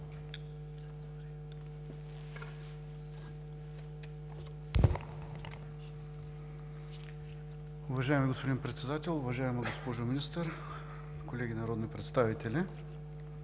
Уважаеми господин Председател, уважаема госпожо Министър, колеги народни представители!